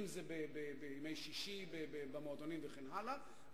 אם זה בימי שישי במועדונים וכן הלאה,